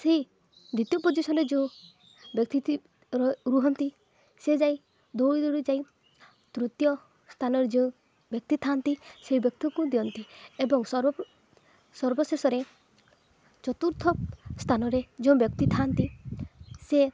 ସେହି ଦ୍ଵିତୀୟ ପୋଜିସନ୍ରେ ଯେଉଁ ବ୍ୟକ୍ତିଟି ରୁହନ୍ତି ସେ ଯାଇ ଦୌଡ଼ି ଦୌଡ଼ି ଯାଇ ତୃତୀୟ ସ୍ଥାନରେ ଯେଉଁ ବ୍ୟକ୍ତି ଥାଆନ୍ତି ସେ ବ୍ୟକ୍ତିକୁ ଦିଅନ୍ତି ଏବଂ ସର୍ବ ସର୍ବଶେଷରେ ଚତୁର୍ଥ ସ୍ଥାନରେ ଯେଉଁ ବ୍ୟକ୍ତି ଥାଆନ୍ତି ସେ